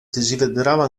desiderava